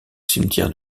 cimetière